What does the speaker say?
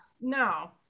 no